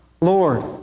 Lord